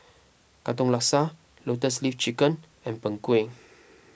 Katong Laksa Lotus Leaf Chicken and Png Kueh